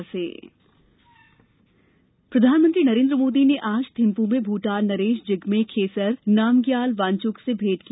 मोदी भूटान प्रधानमंत्री नरेन्द्र मोदी ने आज थिम्फू में भूटान नरेश जिगमे खेसर नामग्याल वांगचुक से भेंट की